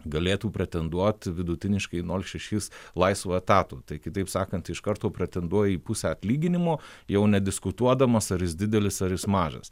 galėtų pretenduot vidutiniškai nol šešis laisvu etatu tai kitaip sakant iš karto pretenduoja į pusę atlyginimo jau nediskutuodamas ar jis didelis ar jis mažas